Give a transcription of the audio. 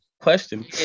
question